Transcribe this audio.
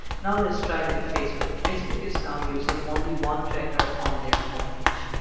now, let's try with facebook. facebook is now using only one checker on their homepage.